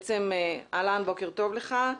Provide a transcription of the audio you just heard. בוקר טוב לך.